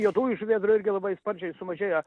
juodųjų žuvėdrų irgi labai sparčiai sumažėję